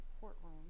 courtroom